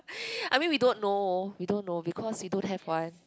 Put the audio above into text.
I mean we don't know we don't know because we don't have one